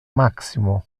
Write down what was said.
maximo